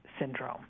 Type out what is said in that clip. syndrome